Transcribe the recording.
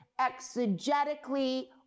exegetically